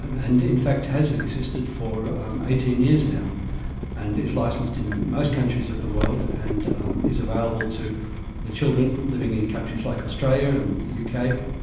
and and in fact has existed for eighteen years now and is licensed in most countries of the world and and is available to the children living in countries like australia and the kind of